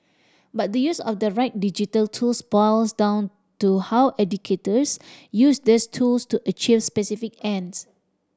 but the use of the right digital tools boils down to how educators use these tools to achieve specific ends